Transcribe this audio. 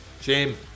Shame